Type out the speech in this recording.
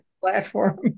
platform